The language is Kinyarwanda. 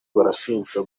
barashinjwa